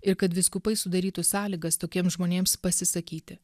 ir kad vyskupai sudarytų sąlygas tokiems žmonėms pasisakyti